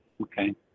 Okay